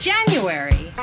January